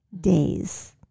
days